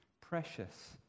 Precious